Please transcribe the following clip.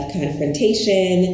confrontation